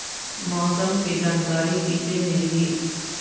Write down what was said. मौसम के जानकारी किसे मिलही?